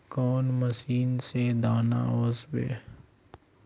कौन मशीन से दाना ओसबे?